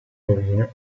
rovine